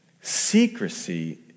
Secrecy